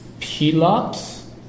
Pelops